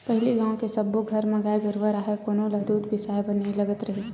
पहिली गाँव के सब्बो घर म गाय गरूवा राहय कोनो ल दूद बिसाए बर नइ लगत रिहिस